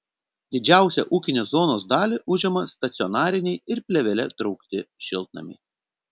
didžiausią ūkinės zonos dalį užima stacionariniai ir plėvele traukti šiltnamiai